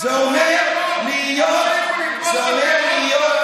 זה אומר שתפסיקו לתמוך בטרור.